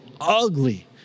ugly